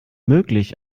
möglich